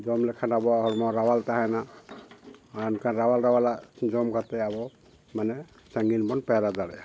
ᱡᱚᱢ ᱞᱮᱠᱷᱟᱱ ᱟᱵᱚᱣᱟᱜ ᱦᱚᱲᱢᱚ ᱨᱟᱣᱟᱞ ᱛᱟᱦᱮᱱᱟ ᱟᱨ ᱚᱱᱠᱟᱱ ᱨᱟᱣᱟᱞ ᱨᱟᱣᱟᱞᱟᱜ ᱡᱚᱢ ᱠᱟᱛᱮᱫ ᱟᱵᱚ ᱢᱟᱱᱮ ᱥᱟᱺᱜᱤᱧ ᱵᱚᱱ ᱯᱟᱭᱨᱟ ᱫᱟᱲᱮᱭᱟᱜᱼᱟ